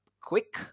quick